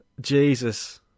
Jesus